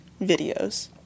videos